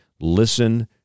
listen